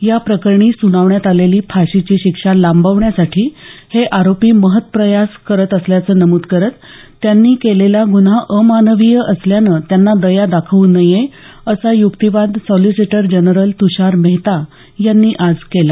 या प्रकरणी सुनावण्यात आलेली फाशीची शिक्षा लांबवण्यासाठी हे आरोपी महत्प्रयास करत असल्याचं नमूद करत त्यांनी केलेला गुन्हा अमानवीय असल्यानं त्यांना दया दाखवू नये असा युक्तीवाद सॉलिसिटर जनरल तुषार मेहता यांनी आज केला